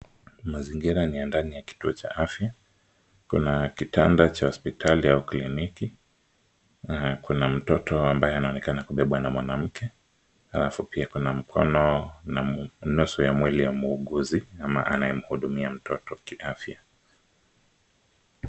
Mazingira ni ya ndani ya kituo cha afya, kuna kitanda cha hospitali au kliniki, na kuna mtoto ambaye anaonekana kubebwa na mwanamke, alafu pia kuna mkono na nusu ya mwili ya muuguzi ama anayemhudumia mtoto kiafya.